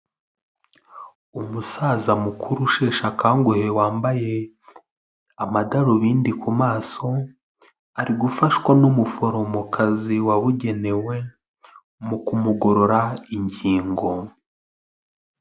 Umusaza mukuru usheshe akanguhe wambaye amadarubindi ku maso, ari gufashwa n'umuforomokazi wabugenewe mu kumugorora ingingo.